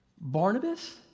Barnabas